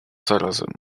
zarazem